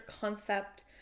concept